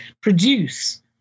produce